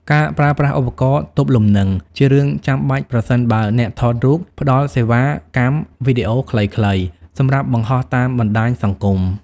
ការប្រើប្រាស់ឧបករណ៍ទប់លំនឹង ជារឿងចាំបាច់ប្រសិនបើអ្នកថតរូបផ្ដល់សេវាកម្មវីដេអូខ្លីៗសម្រាប់បង្ហោះតាមបណ្ដាញសង្គម។